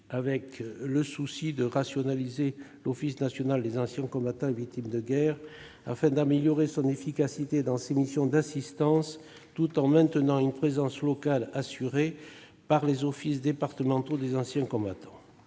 volonté de rationaliser l'Office national des anciens combattants et victimes de guerre, afin d'améliorer son efficacité dans l'exercice de ses missions d'assistance tout en maintenant une présence locale assurée par les offices départementaux des anciens combattants.